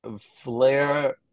Flare